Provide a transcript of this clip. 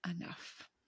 enough